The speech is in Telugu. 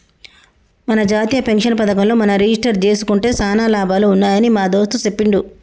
మన జాతీయ పెన్షన్ పథకంలో మనం రిజిస్టరు జేసుకుంటే సానా లాభాలు ఉన్నాయని మా దోస్త్ సెప్పిండు